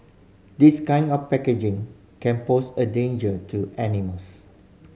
this kind of packaging can pose a danger to animals